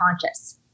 conscious